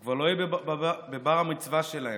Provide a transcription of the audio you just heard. הוא כבר לא יהיה בבר-מצווה שלהם,